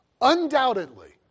Undoubtedly